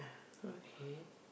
okay